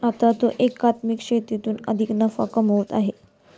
आता तो एकात्मिक शेतीतून अधिक नफा कमवत आहे